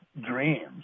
dreams